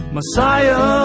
Messiah